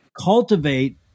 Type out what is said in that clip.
cultivate